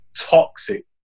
toxic